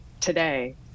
today